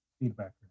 feedback